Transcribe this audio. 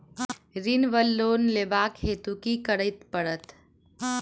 ऋण वा लोन लेबाक हेतु की करऽ पड़त?